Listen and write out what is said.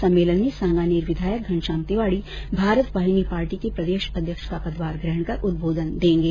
सम्मेलन में सांगनेर विधायक घनष्याम तिवाडी भारत वाहिनी पार्टी के प्रदेश अध्यक्ष का पदभार ग्रहण कर उद्बोधन देंगे